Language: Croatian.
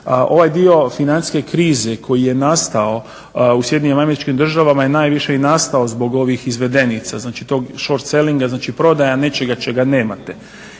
Ovaj dio financijske krize koji je nastao u SAD je najviše i nastao zbog ovih izvedenica, znači to shor sellinga prodaja nečega čega nemate.